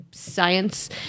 science